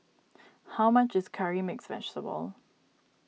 how much is Curry Mixed Vegetable